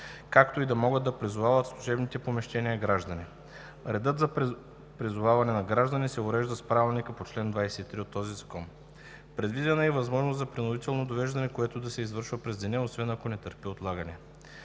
както и да могат да призовават в служебните помещения граждани. Редът за призоваване на граждани да се урежда с правилника по чл. 23 от този закон. Предвидена е и възможност за принудително довеждане, което да се извършва през деня, освен ако не търпи отлагане.